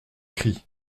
cri